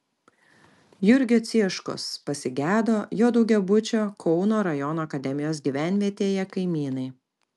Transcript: jurgio cieškos pasigedo jo daugiabučio kauno rajono akademijos gyvenvietėje kaimynai